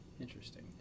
Interesting